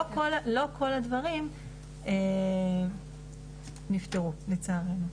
לא כל הדברים נפתרו לצערנו.